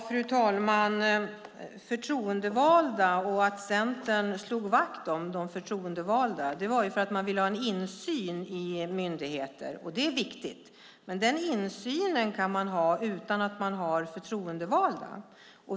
Fru talman! Anledningen till att Centern slog vakt om de förtroendevalda var att man ville ha en insyn i myndigheter, och det är viktigt. Men den insynen kan man ha utan att ha förtroendevalda.